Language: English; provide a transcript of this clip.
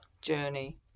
journey